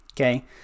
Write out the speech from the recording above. Okay